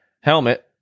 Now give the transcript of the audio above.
helmet